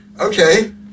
Okay